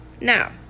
now